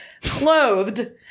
clothed